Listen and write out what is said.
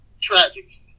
tragic